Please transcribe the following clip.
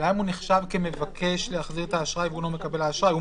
השאלה אם הוא נחשב כמבקש להחזיר את האשראי והוא לא מקבל האשראי,